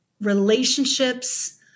relationships